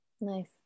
Nice